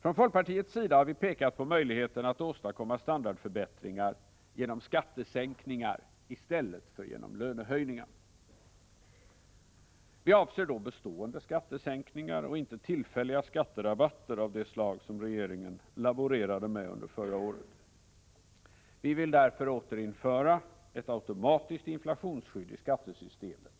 Från folkpartiets sida har vi pekat på möjligheten att åstadkomma standardförbättringar genom skattesänkningar i stället för genom lönehöjningar. Vi avser då bestående skattesänkningar och inte tillfälliga skatterabatter av det slag som regeringen laborerade med under förra året. Vi vill därför återinföra ett automatiskt inflationsskydd i skattesystemet